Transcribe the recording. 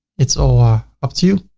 it's all ah up to you,